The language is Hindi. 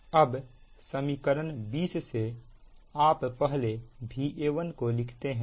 अब समीकरण 20 से आप पहले Va1 को लिखते हैं